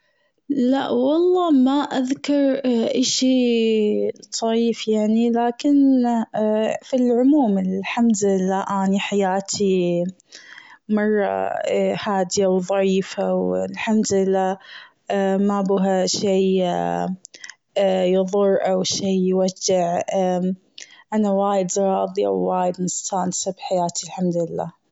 لا والله ما اذكر أي شيء طريف يعني لكن في العموم الحمد لله أني حياتي مرة هادية و ضعيفة و الحمد لله، ما بها شي يضر أو شي يوجع. أنا وايد راضية و وايد مستانسة بحياتي الحمد لله.